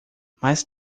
mais